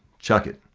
chuck it.